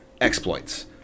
exploits